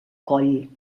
coll